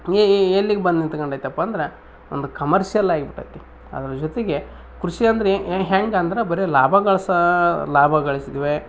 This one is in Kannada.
ಎ ಎ ಎಲ್ಲಿಗೆ ಬಂದು ನಿಂತ್ಕೊಂಡೈತಪ್ಪಾ ಅಂದರೆ ಒಂದು ಕಮರ್ಷಿಯಲ್ ಆಗಿ ಬಿಟ್ಟೈತಿ ಅದ್ರ ಜೊತೆಗೆ ಕೃಷಿ ಅಂದ್ರೆ ಹೆಂಗೆ ಅಂದ್ರ ಬರೇ ಲಾಭಗಳ್ಸೊ ಲಾಭಗಳಿಸಿದ್ವೆ